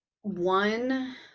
One